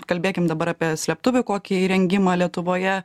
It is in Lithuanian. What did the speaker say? kalbėkim dabar apie slėptuvių kokį įrengimą lietuvoje